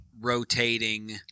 rotating